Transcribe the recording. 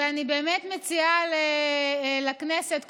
ואני באמת מציעה לכנסת,